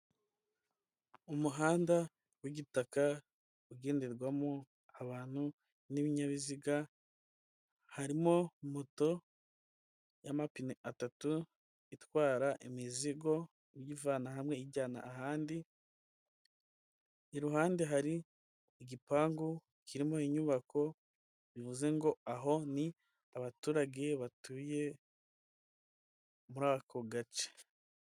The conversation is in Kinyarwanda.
Umuhanda w'igitaka ugenderwamo abantu n'ibinyabiziga harimo moto y'amapine atatu itwara imizigo uvana hamwe ijyana ahandi, iruhande hari igipangu kirimo inyubako bivuze ngo aho ni abaturage batuye muri ako gace.